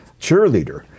cheerleader